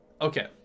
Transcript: Okay